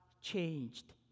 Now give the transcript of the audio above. changed